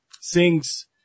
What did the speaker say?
sings